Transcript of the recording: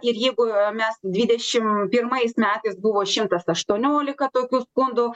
ir jeigu mes dvidešim pirmais metais buvo šimtas aštuoniolika tokių skundų